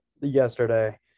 yesterday